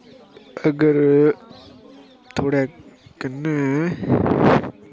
अगर थुआढ़े कन्नै